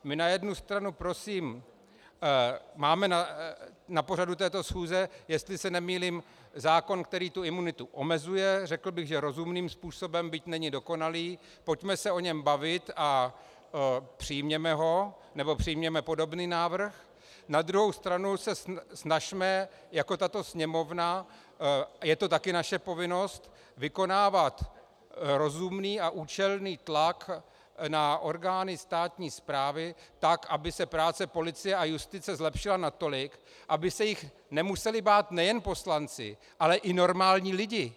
My na jednu stranu prosím máme na pořadu této schůze, jestli se nemýlím, zákon, který tu imunitu omezuje, řekl bych, že rozumným způsobem, byť není dokonalý, pojďme se o něm bavit a přijměme ho nebo přijměme podobný návrh, na druhou stranu se snažme jako tato Sněmovna, a je to také naše povinnost, vykonávat rozumný a účelný tlak na orgány státní správy tak, aby se práce policie a justice zlepšila natolik, aby se jich nemuseli bát nejen poslanci, ale i normální lidi.